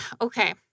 Okay